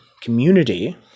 community